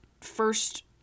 first